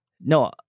No